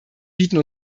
bieten